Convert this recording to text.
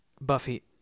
Buffy